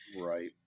Right